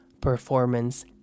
performance